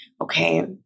okay